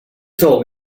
told